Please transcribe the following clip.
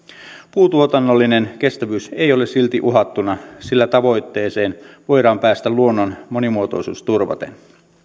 puutuotannollinen kestävyys ei ole silti uhattuna sillä tavoitteeseen voidaan päästä luonnon monimuotoisuus turvaten